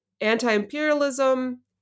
anti-imperialism